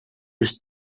just